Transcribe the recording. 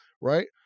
Right